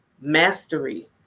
mastery